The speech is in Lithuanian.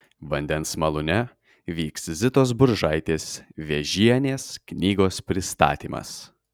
vandens malūne vyks zitos buržaitės vėžienės knygos pristatymas